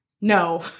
No